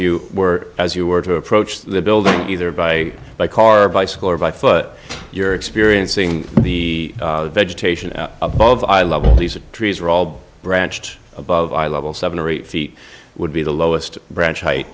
you were as you were to approach the building either by by car or bicycle or by foot you're experiencing the vegetation above i love these trees are all branched above eye level seven or eight feet would be the lowest branch height